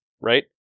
right